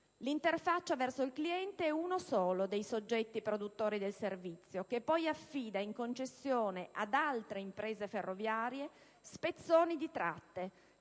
l'interfaccia verso il cliente è uno solo dei soggetti produttori del servizio, che poi affida in concessione ad altre imprese ferroviarie spezzoni di tratte,